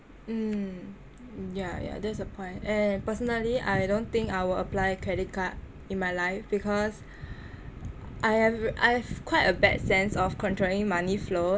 mm ya ya that's a point and personally I don't think I will apply credit card in my life because I have I have quite a bad sense of controlling money flow